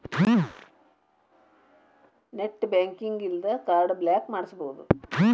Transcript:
net banking ಇನ್ದಾ card block ಮಾಡ್ಸ್ಬೊದು